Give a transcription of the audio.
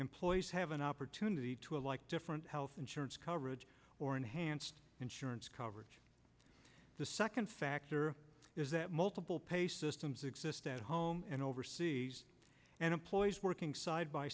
employees have an opportunity to like different health insurance coverage or enhanced insurance coverage the second factor is that multiple pay systems exist at home and overseas and employees working side by